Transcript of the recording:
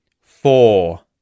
four